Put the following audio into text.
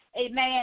amen